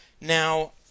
Now